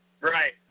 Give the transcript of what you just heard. Right